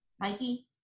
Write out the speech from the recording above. mikey